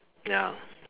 ya